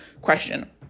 question